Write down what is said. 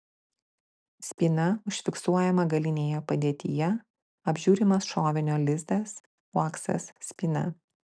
spyna užfiksuojama galinėje padėtyje apžiūrimas šovinio lizdas uoksas spyna